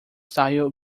style